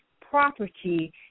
property